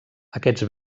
aquests